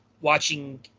watching